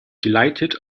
delighted